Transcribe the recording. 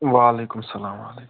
وَعلیکُم سَلام وَعلیکُم سَلام